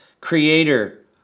creator